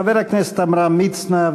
חבר הכנסת עמרם מצנע,